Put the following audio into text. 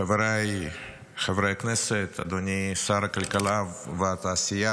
חבריי חברי הכנסת, אדוני שר הכלכלה והתעשייה,